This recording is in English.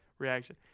reaction